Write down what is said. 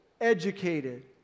educated